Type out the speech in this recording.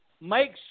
Make